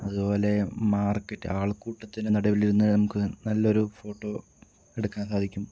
അതുപോലെ മാർക്കറ്റ് ആൾക്കൂട്ടത്തിന് നടുവിലിരുന്ന് നമുക്ക് നല്ലൊരു ഫോട്ടോ എടുക്കാൻ സാധിക്കും